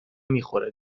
میخوره